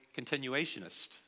continuationist